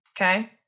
Okay